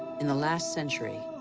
in the last century,